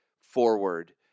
forward